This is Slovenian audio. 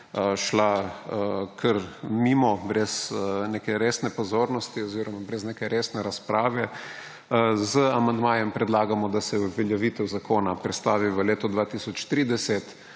šla kar mimo, brez neke resne pozornosti oziroma brez neke resne razprave. Z amandmajem predlagamo, da se uveljavitev zakona prestavi v leto 2030,